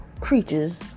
Creatures